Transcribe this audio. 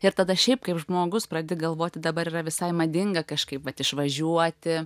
ir tada šiaip kaip žmogus pradedi galvoti dabar yra visai madinga kažkaip vat išvažiuoti